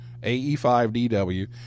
AE5DW